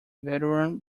veteran